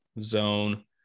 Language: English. zone –